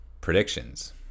Predictions